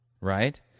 right